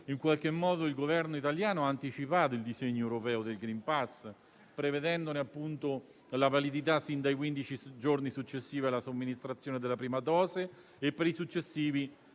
vaccinale. Il Governo italiano ha anticipato il disegno europeo del *green pass* prevedendone la validità fin dai quindici giorni successivi alla somministrazione della prima dose e per i successivi